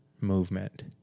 movement